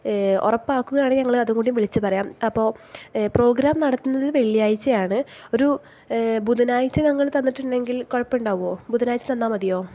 ഉറപ്പാക്കുകയാണെങ്കിൽ ഞങ്ങൾ അതുംകൂടി വിളിച്ചു പറയാം അപ്പോൾ പ്രോഗ്രാം നടത്തുന്നത് വെള്ളിയാഴ്ചയാണ് ഒരു ബുധനാഴ്ച ഞങ്ങൾ തന്നിട്ട് ഉണ്ടെങ്കിൽ കുഴപ്പമുണ്ടാകുമോ ബുധനാഴ്ച് തന്നാൽ മതിയോ